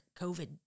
COVID